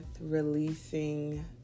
releasing